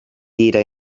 jeder